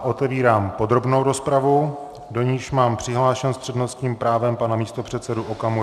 Otevírám podrobnou rozpravu, do níž mám přihlášeného s přednostním právem pana místopředsedu Okamuru.